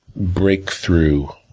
breakthrough.